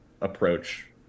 approach